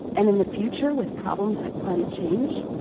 and in the future with problems like climate change?